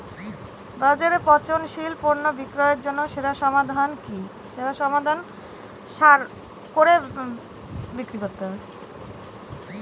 বাজারে পচনশীল পণ্য বিক্রির জন্য সেরা সমাধান কি?